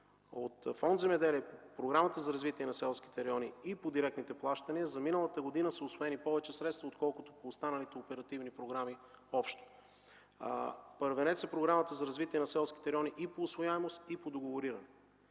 от фонд „Земеделие” - Програмата за развитие на селските райони, и по директните плащания за миналата година са усвоени повече средства, отколкото по останалите оперативни програми общо. Първенец е Програмата за развитие на селските райони и по усвояемост, и по договориране.